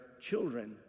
children